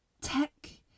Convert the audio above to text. tech